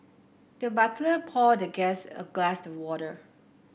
the butler poured the guest a glass of water